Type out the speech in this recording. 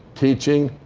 teaching,